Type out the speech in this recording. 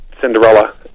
Cinderella